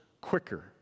quicker